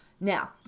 now